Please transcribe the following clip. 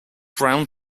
brown